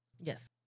Yes